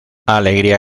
alegría